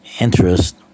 interest